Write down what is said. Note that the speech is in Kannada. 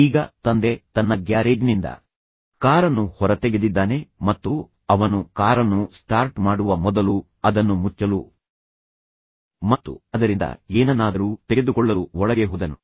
ಈಗ ತಂದೆ ತನ್ನ ಗ್ಯಾರೇಜ್ನಿಂದ ಕಾರನ್ನು ಹೊರತೆಗೆದಿದ್ದಾನೆ ಮತ್ತು ಅವನು ಕಾರನ್ನು ಸ್ಟಾರ್ಟ್ ಮಾಡುವ ಮೊದಲು ಅದನ್ನು ಮುಚ್ಚಲು ಮತ್ತು ಅದರಿಂದ ಏನನ್ನಾದರೂ ತೆಗೆದುಕೊಳ್ಳಲು ಒಳಗೆ ಹೋದನು